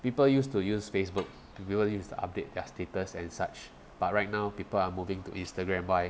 people used to use facebook people used to update their status and such but right now people are moving to instagram by